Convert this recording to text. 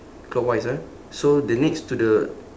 clockwise ah so the next to the